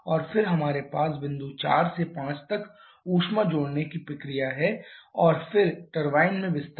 और फिर हमारे पास बिंदु 4 से 5 तक ऊष्मा जोड़ने की प्रक्रिया है और फिर टरबाइन में विस्तार